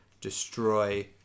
destroy